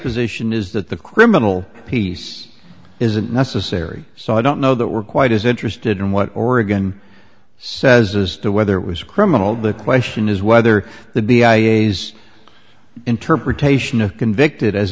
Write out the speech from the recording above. position is that the criminal piece isn't necessary so i don't know that we're quite as interested in what oregon says as the weather was criminal the question is whether the d i s interpretation of convicted as